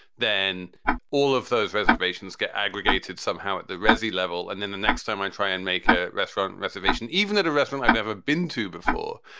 then all of those reservations get aggregated somehow at the razzy level. and then the next time i try and make a restaurant reservation, even at a restaurant i've ever been to before,